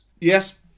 Yes